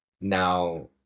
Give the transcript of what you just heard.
now